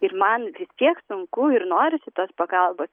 ir man vis tiek sunku ir norisi tos pagalbos